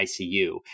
ICU